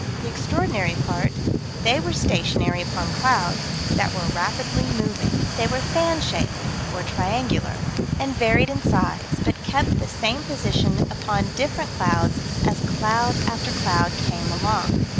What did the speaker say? the extraordinary part they were stationary upon clouds that were rapidly moving. they were fan-shaped or triangular and varied in size, but kept the same position upon different clouds as cloud after cloud came along.